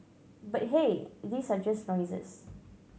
but hey these are just noises